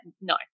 no